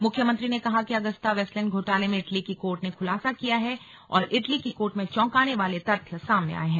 मुख्यमंत्री ने कहा कि अगस्ता वेस्टलैंड घोटाले में इटली की कोर्ट ने खुलासा किया है और इटली की कोर्ट में चौंकाने वाले तथ्य सामने आए हैं